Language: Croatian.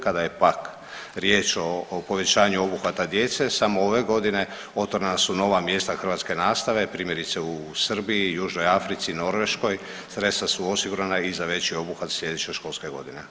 Kada je pak riječ o povećanju obuhvata djece samo ove godine otvorena su nova mjesta hrvatske nastave primjerice u Srbiji, južnoj Africi, Norveškoj, sredstva su osigurana i za veći obuhvat sljedeće školske godine.